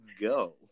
go